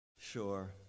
Sure